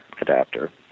adapter